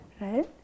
right